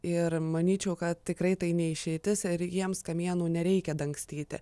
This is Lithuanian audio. ir manyčiau kad tikrai tai ne išeitis ir jiems kamienų nereikia dangstyti